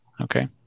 okay